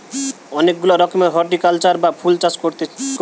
অনেক গুলা রকমের হরটিকালচার বা ফুল চাষ কোরছি